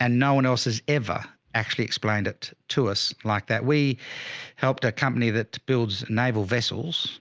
and no one else has ever actually explained it to us like that. we helped a company that builds naval vessels